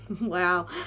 Wow